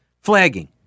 flagging